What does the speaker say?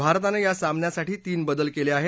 भारतानं या सामन्यासाठी तीन बदल केले आहेत